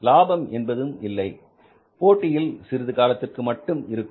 லாபம் என்பது இல்லை போட்டியும் சிறிது காலத்திற்கு மட்டும் இருக்கும்